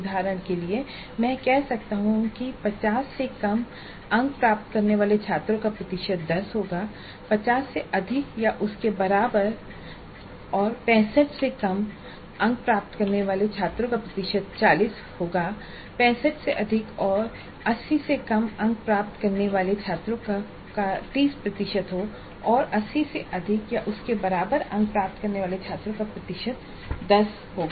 उदाहरण के लिए मैं कह सकता हूँ कि ५० से कम अंक प्राप्त करने वाले छात्रों का प्रतिशत १० होगा ५० से अधिक या उसके बराबर और ६५ से कम प्राप्त करने वाले छात्रों का प्रतिशत ४० प्रतिशत होगा ६५ से अधिक और ८० से कम अंक प्राप्त करने वाले छात्रों का 30 प्रतिशत हो और 80 से अधिक या उसके बराबर अंक प्राप्त करने वाले छात्रों का प्रतिशत 10 प्रतिशत होगा